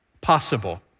possible